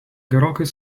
gerokai